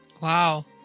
Wow